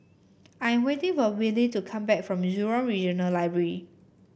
I am waiting for Willy to come back from Jurong Regional Library